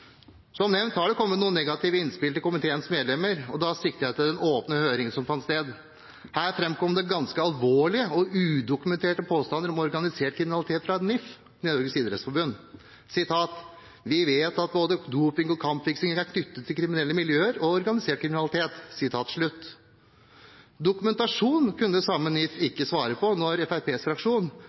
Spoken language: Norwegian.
Som nevnt har det kommet noen negative innspill til komiteens medlemmer, og da sikter jeg til den åpne høringen som fant sted. Her framkom det ganske alvorlige og udokumenterte påstander om organisert kriminalitet fra NIF, Norges Idrettsforbund: «Vi vet at både doping og kampfiksing er knyttet til kriminelle miljøer og organisert kriminalitet.» Dokumentasjon kunne samme NIF ikke svare på når Fremskrittspartiets fraksjon